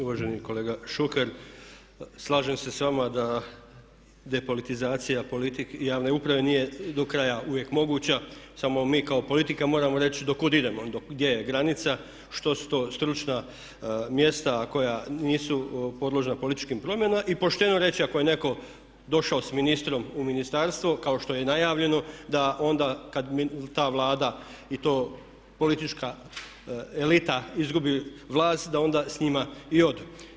Uvaženi kolega Šuker, slažem se s vama da depolitizacija javne uprave nije do kraja uvijek moguća samo mi kao politika moramo reći do kuda idemo, gdje je granica, što su to stručna mjesta koja nisu podložna političkim promjenama i pošteno reći ako je netko došao s ministrom u ministarstvo kao što je najavljeno da onda kada ta Vlada i ta politička elita izgubi vlast da onda s njima i odu.